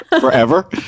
forever